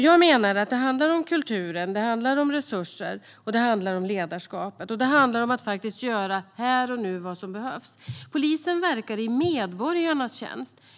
Jag menar att det handlar om kulturen, det handlar om resurser och det handlar om ledarskapet. Det handlar om att här och nu faktiskt göra det som behövs. Polisen verkar i medborgarnas tjänst.